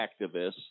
activists